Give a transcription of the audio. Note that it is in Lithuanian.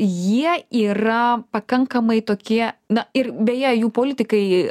jie yra pakankamai tokie na ir beje jų politikai